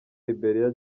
liberia